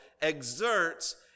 exerts